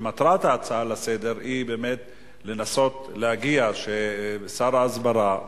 ומטרת ההצעה לסדר-היום היא באמת לנסות להגיע ששר ההסברה,